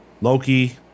Loki